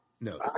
No